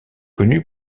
connu